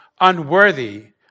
unworthy